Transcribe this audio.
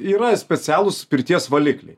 yra specialūs pirties valikliai